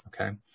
okay